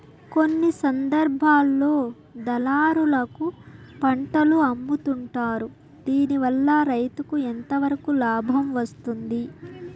కొన్ని సందర్భాల్లో దళారులకు పంటలు అమ్ముతుంటారు దీనివల్ల రైతుకు ఎంతవరకు లాభం వస్తుంది?